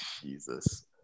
Jesus